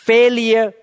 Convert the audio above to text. Failure